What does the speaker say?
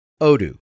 Odoo